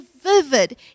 vivid